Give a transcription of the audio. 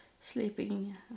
sleeping